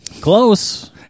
Close